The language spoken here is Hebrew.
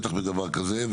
בטח בדבר כזה.